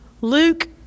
Luke